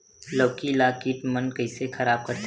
लौकी ला कीट मन कइसे खराब करथे?